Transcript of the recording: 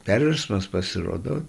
perversmas pasirodo